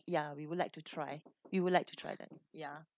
ya we would like to try we would like to try that ya